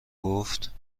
گفت